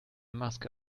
maske